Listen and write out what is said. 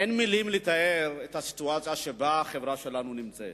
אין מלים לתאר את הסיטואציה שבה החברה שלנו נמצאת.